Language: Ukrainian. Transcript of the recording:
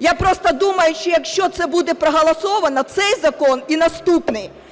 Я просто думаю, що якщо це буде проголосовано, цей закон і наступний,